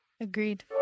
Agreed